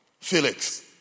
Felix